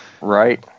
Right